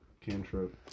cantrip